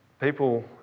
people